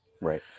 Right